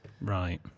Right